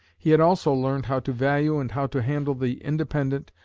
he had also learned how to value and how to handle the independent,